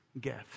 gift